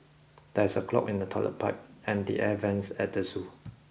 there is a clog in the toilet pipe and the air vents at the zoo